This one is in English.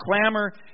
clamor